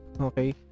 okay